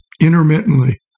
intermittently